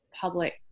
public